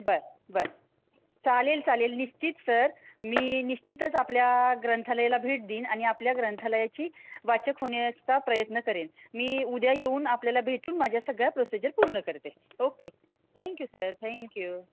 बरं बरं चालेल चालेल निश्चित सर मी निश्चितच आपल्या ग्रंथालयाला भेट देईन आणि आपल्या ग्रंथालयाची वाचक होण्याचा प्रयत्न करेन मी उद्या येऊन आपल्याला भेटून माझ्या सगळ्या प्रोसिजर पूर्ण करते ओके थँक्यू सर थँक्यू